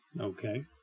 Okay